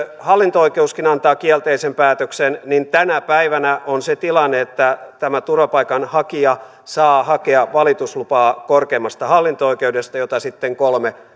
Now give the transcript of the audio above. hallinto oikeuskin antaa kielteisen päätöksen niin tänä päivänä on se tilanne että tämä turvapaikanhakija saa hakea korkeimmasta hallinto oikeudesta valituslupaa jota sitten kolme